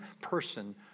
person